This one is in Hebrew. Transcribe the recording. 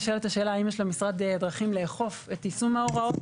נשאלת השאלה האם יש למשרד דרכים לאכוף את יישום ההוראות.